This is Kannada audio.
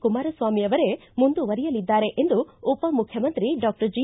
ಕುಮಾರಸ್ವಾಮಿ ಅವರೇ ಮುಂದುವರೆಯಲಿದ್ದಾರೆ ಎಂದು ಉಪಮುಖ್ಯಮಂತ್ರಿ ಡಾಕ್ಟರ್ ಜಿ